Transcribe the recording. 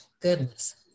goodness